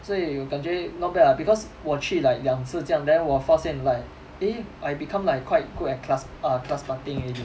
所以我感觉 not bad lah because 我去 like 两次这样 then 我发现 like eh I become like quite good at class err class parting already